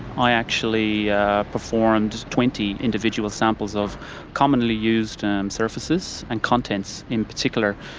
i actually performed twenty individual samples of commonly used um surfaces and contents in particular.